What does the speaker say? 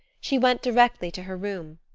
she went directly to her room.